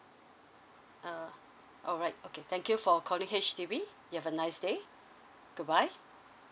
uh alright okay thank you for calling H_D_B you have a nice day goodbye